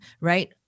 right